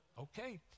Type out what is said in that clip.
okay